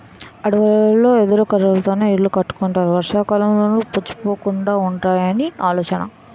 అడవులలో ఎదురు కర్రలతోనే ఇల్లు కట్టుకుంటారు వర్షాకాలంలోనూ పుచ్చిపోకుండా వుంటాయని ఆలోచన